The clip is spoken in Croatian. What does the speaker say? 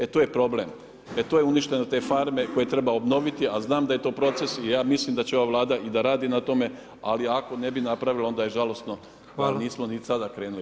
E tu je problem, tu je uništeno te farme, koje treba obnoviti, a zanm da je to proces i ja mislim da će ova vlada i da radi na tome, ali ako ne bi napravila, onda je žalosno da nismo ni sada krenuli.